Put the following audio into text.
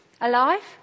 Alive